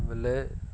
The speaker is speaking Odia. ବେଲେ